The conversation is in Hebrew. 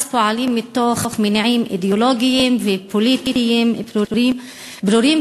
אז פועלים מתוך מניעים אידיאולוגיים ופוליטיים ברורים,